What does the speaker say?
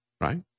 right